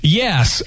yes